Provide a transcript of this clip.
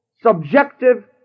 subjective